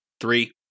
Three